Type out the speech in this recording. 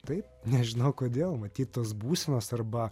taip nežinau kodėl matyt tos būsenos arba